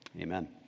Amen